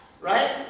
Right